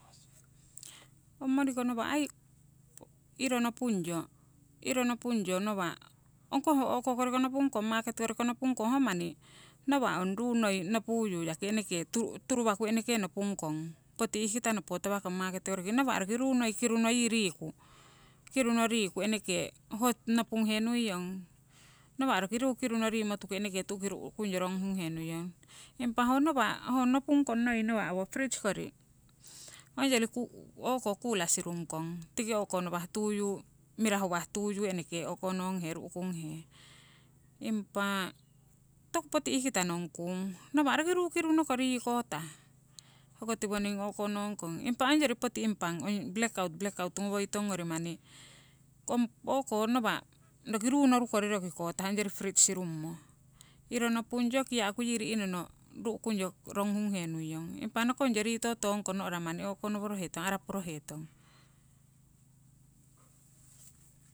ong moniko nawa' ai iro nopungyo, iro nopungyo nawa' ong koh o'ko koriko nopung kong makete koriko nopung kong nawa' manni ong ruu noi nopuyu turu waku nopung kong, poti ihkita nopo tawakong makete koriki. Nawa' roki ruu no kiruno yii riku, kiruno riku eneke ho nopunghe nuiyonng, nawa' roki ruu kiruno rimo tuku tu'ki ru'kunyo ronguhunghe nuiyong. Impa ho nawa' nopung kong noi nawa' ongyori fridge or cooler sirung kong tiki mirahu wah tuyu eneke o'kononghe ru'kunghe. Impa toku poti ihkita nongkung nawa' roki ruu kiruno kori kotah hoko tiwoning o'konong kong. Impa ongyori poti impang blackout, blackout ngowoitong ngori manni ong o'ko roki ruu noru kori kotah ong kori fridge sirungmo, iro nopunyo kia'ku ri'nono ru'kunyo ronguhunghe nuiyong impa nokongyo ritotonghe manni araporo hetong.